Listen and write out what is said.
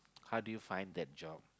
how did you find that job